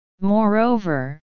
Moreover